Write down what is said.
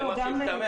זה מה שהשתמע.